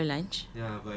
!wah! so late your lunch